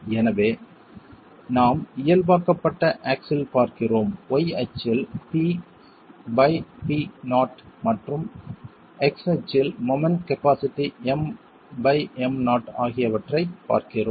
எனவே நாம் இயல்பாக்கப்பட்ட ஆக்ஸில் பார்க்கிறோம் y அச்சில் PP0 மற்றும் x அச்சில் மொமெண்ட் கபாஸிட்டி MM0 ஆகியவற்றைப் பார்க்கிறோம்